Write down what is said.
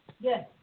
Yes